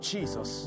Jesus